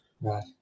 Right